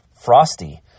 frosty